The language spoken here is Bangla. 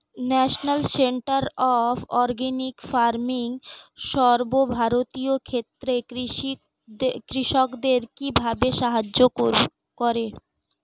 National centre of organic farming সর্বভারতীয় ক্ষেত্রে কৃষকদের কিভাবে সাহায্য করে?